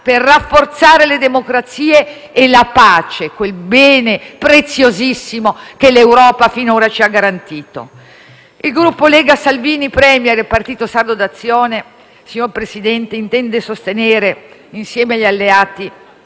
per rafforzare le democrazie e la pace, quel bene preziosissimo che l'Europa finora ci ha garantito? Il Gruppo Lega-Salvini Premier-Partito Sardo d'Azione, signor Presidente, intende sostenere, insieme agli alleati,